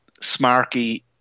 smarky